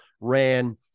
ran